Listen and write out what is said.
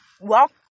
walk